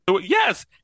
Yes